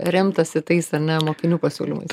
remtasi tais ane mokinių pasiūlymais